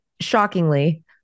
shockingly